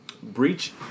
Breach